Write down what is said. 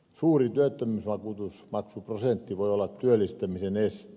suuri työttömyysvakuutusmaksuprosentti voi olla työllistämisen este